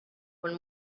one